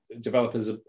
developers